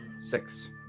Six